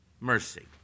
Mercy